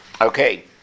Okay